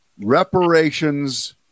reparations